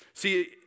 See